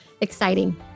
exciting